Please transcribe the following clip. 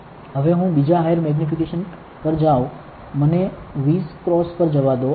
હવે હું બીજા હાયર મેગ્નિફિકેશન પર જાઉં મને 20 x પર જવા દો